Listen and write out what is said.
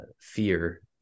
fear